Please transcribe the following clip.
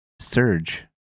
Surge